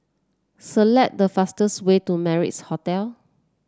select the fastest way to Madras Hotel